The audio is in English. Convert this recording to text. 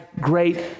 great